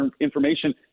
information